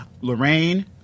Lorraine